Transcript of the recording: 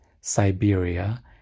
Siberia